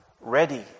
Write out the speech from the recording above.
ready